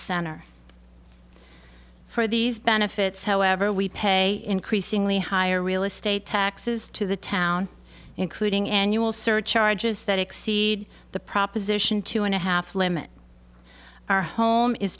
center for these benefits however we pay increasingly higher real estate taxes to the town including annual surcharges that exceed the proposition two and a half limit our home is